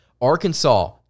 Arkansas